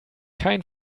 kein